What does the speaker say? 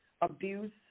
abuse